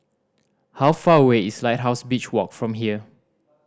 how far away is Lighthouse Beach Walk from here